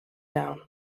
down